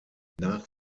nach